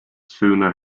sooner